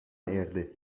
erdi